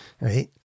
right